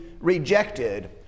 rejected